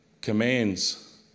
commands